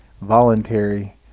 voluntary